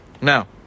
Now